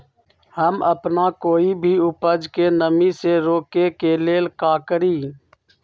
हम अपना कोई भी उपज के नमी से रोके के ले का करी?